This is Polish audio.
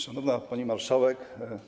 Szanowna Pani Marszałek!